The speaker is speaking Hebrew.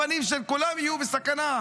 הבנים של כולם יהיו בסכנה.